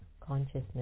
Consciousness